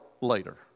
later